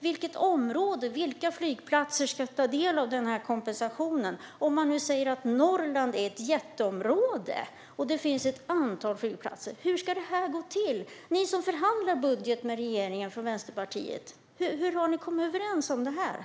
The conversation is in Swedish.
Vilket område och vilka flygplatser ska få ta del av denna kompensation? Om man nu säger att Norrland är ett jätteområde och det finns ett antal flygplatser, hur ska detta gå till? Ni i Vänsterpartiet, som förhandlar om budgeten med regeringen, hur har ni kommit överens om detta?